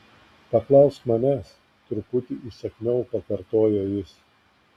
paklausk manęs truputį įsakmiau pakartoja jis